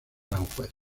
aranjuez